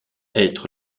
être